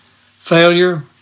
failure